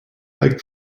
like